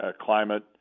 climate